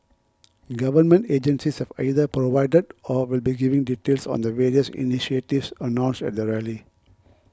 government agencies have either provided or will be giving details on the various initiatives announced at the rally